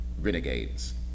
renegades